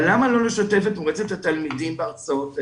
אבל למה לא לשתף את מועצת התלמידים בהרצאות האלה?